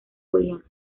julián